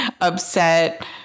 upset